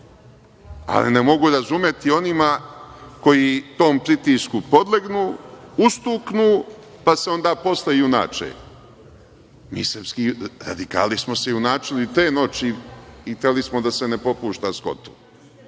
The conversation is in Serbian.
Ali, ne mogu razumeti onima koji tom pritisku podlegnu, ustuknu, pa se onda posle junače. Mi radikali smo se junačili te noći i hteli smo da se ne popušta Skotu,